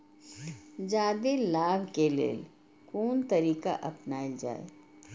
जादे लाभ के लेल कोन तरीका अपनायल जाय?